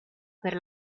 per